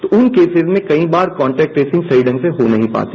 तो उन केसेज में कई बार कॉन्टैक्ट ट्रेसिंग सही ढंग से हो नहीं पाती